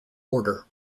border